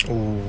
oh